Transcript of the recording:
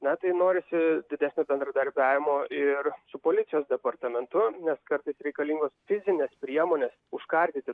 na tai norisi didesnio bendradarbiavimo ir su policijos departamentu nes kartais reikalingos fizinės priemonės užkardyti